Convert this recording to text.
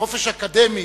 חופש אקדמי,